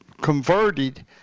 converted